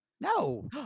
No